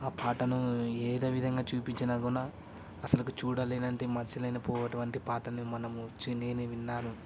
ఆ పాటను ఏదో విధంగా చూపించినా కూడా అసలకి చూడలేనంటి మచ్చలేని పువ్వటువంటి పాటని మనము చి నేను విన్నాను